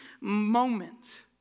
moment